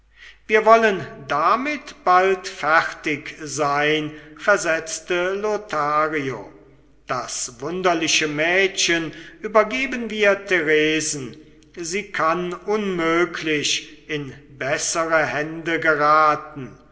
wir wollen damit bald fertig sein versetzte lothario das wunderliche mädchen übergeben wir theresen sie kann unmöglich in bessere hände geraten